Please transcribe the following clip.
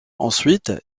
ensuite